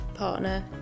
partner